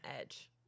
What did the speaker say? edge